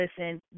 listen